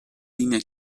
linea